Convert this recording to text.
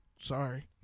Sorry